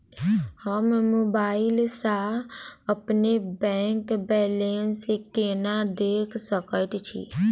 हम मोबाइल सा अपने बैंक बैलेंस केना देख सकैत छी?